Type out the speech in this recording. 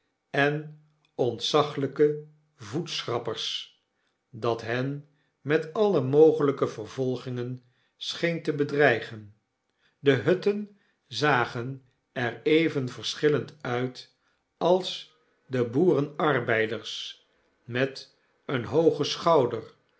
en ontzaglpe voetschrappers dat hen met alle mogelpe vervolgingen scheen te bedreigen de hutten zagen er even verschillend uit als de boerenarbeiders met een hoogen schouder